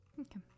Okay